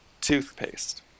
Toothpaste